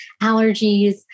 allergies